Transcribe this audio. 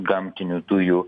gamtinių dujų